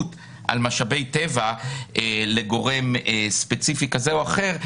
על משאבי טבע לגורם ספציפי כזה או אחר,